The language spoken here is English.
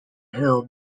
hill